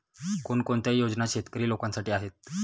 कोणकोणत्या योजना शेतकरी लोकांसाठी आहेत?